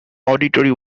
auditory